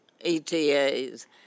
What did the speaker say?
ETAs